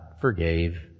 forgave